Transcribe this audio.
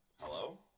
hello